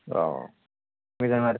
अह मोजां आरोखि